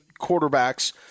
quarterbacks